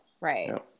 Right